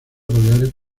baleares